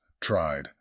tried